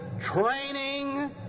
training